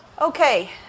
Okay